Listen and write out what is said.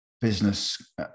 business